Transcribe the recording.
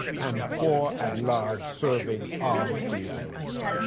and four at-large serving all three islands.